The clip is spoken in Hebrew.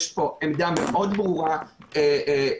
יש פה עמדה מאוד ברורה מחקרית,